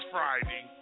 Friday